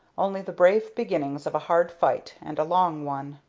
only the brave beginning of a hard fight and a long one.